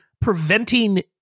preventing